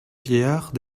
vieillard